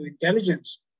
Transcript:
intelligence